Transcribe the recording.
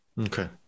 Okay